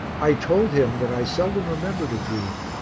i told him that i seldom remembered a dream,